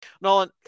Nolan